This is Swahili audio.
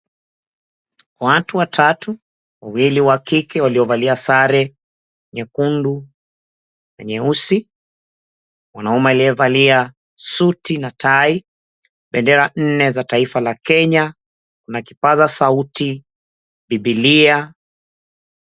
Watu watatu, wawili wa kike waliovalia sare nyekundu na nyeusi. Mwanaume aliyevalia suti na tai, bendera nne za taifa la Kenya. Kuna kipaza sauti, bibilia.